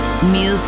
Music